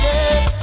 yes